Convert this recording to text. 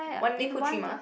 one day put three mask